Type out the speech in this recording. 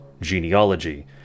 genealogy